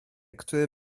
który